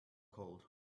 cold